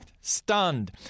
Stunned